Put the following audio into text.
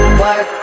work